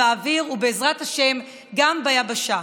באוויר ובעזרת השם גם ביבשה.